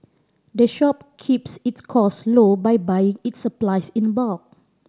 the shop keeps its costs low by buying its supplies in bulk